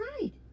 right